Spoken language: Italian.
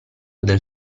del